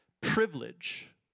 privilege